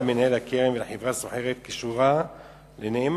למנהל הקרן ולחברה סוחרת קשורה לנאמן,